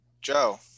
joe